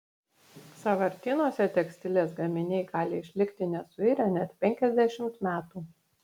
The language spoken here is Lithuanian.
sąvartynuose tekstilės gaminiai gali išlikti nesuirę net penkiasdešimt metų